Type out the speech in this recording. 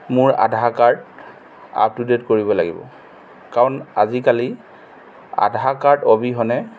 মোৰ Aadhaar card up to date কৰিব লাগিব কাৰণ আজিকালি আধাৰ কাৰ্ড অবিহনে